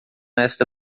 esta